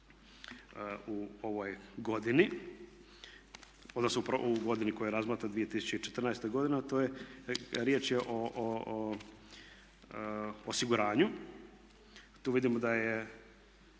u ovoj godini odnosno u godini u kojoj razmatramo 2014. godina to je riječ o osiguranju. Tu vidimo da je